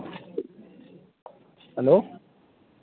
hello